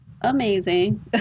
amazing